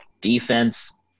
defense